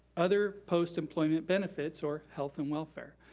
other post employment benefits, or health and welfare.